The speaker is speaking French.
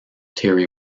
terry